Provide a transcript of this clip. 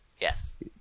Yes